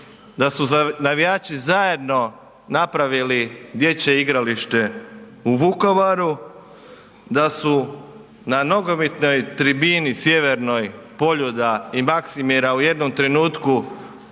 da su navijači zajedno napravili dječje igralište u Vukovaru, da su na nogometnoj tribini sjevernoj Poljuda i Maksimira u jednom trenutku